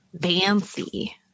Fancy